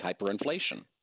hyperinflation